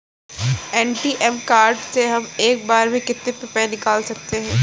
ATM card से हम एक बार में कितने रुपये निकाल सकते हैं?